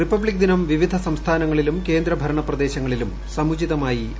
republic ദിനം വിവിധ സംസ്ഥാനീങ്ങളിലും കേന്ദ്ര ഭരണ പ്രദേശങ്ങളിലും സമുചിതമായി ആഘോഷിച്ചു